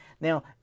Now